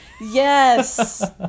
Yes